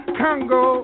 congo